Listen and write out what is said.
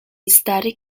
static